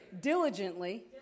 diligently